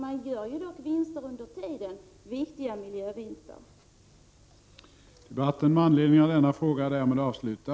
Man gör dock viktiga miljövinster under tiden.